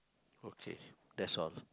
okay that's all